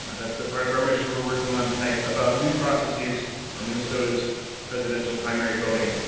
that's the part of our mission we're working on tonight about new processes for minnesota's presidential primary voting.